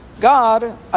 God